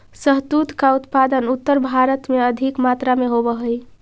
शहतूत का उत्पादन उत्तर भारत में अधिक मात्रा में होवअ हई